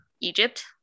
Egypt